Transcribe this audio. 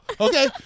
Okay